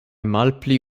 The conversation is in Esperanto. malpli